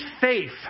faith